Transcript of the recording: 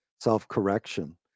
self-correction